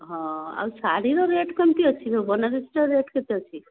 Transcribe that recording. ହଁ ଆଉ ଶାଢ଼ୀର ରେଟ କେମିତି ସବୁ ଅଛି ବନାରସୀ ର ରେଟ କେତେ ଅଛି